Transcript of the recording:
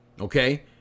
okay